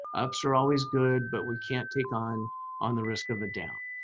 ups are always good, but we can't take on on the risk of a down.